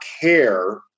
care